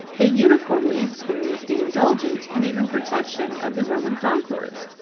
they uniformly experienced the indulgence, and even protection, of the roman conquerors.